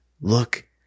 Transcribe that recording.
Look